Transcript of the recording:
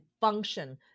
function